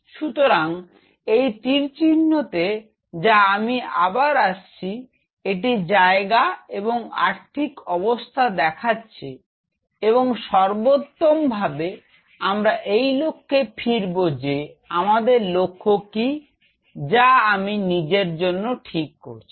সুতরাং এই তীর চিহ্নতে যা আমি আবার আসছি এটি জায়গা এবং আর্থিক অবস্থা দেখাচ্ছে এবং সর্বোত্তমভাবে আমরা এই লক্ষ্যে ফিরব যে আমাদের লক্ষ্য কি যা আমি নিজের জন্য ঠিক করছি